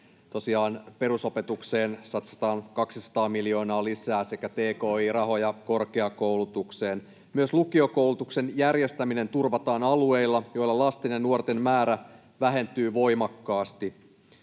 Perusopetukseen satsataan 200 miljoonaa lisää sekä tki-rahoja korkeakoulutukseen. Myös lukiokoulutuksen järjestäminen turvataan alueilla, joilla lasten ja nuorten määrä vähentyy voimakkaasti.